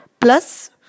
Plus